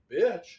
bitch